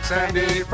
Sandy